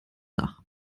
dach